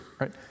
right